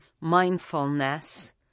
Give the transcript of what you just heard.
mindfulness